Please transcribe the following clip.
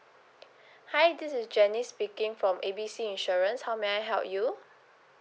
hi this is jenny speaking from A B C insurance how may I help you